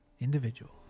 individuals